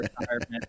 retirement